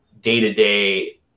day-to-day